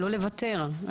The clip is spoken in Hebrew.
לא לוותר,